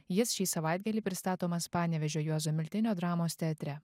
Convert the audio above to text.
jis šį savaitgalį pristatomas panevėžio juozo miltinio dramos teatre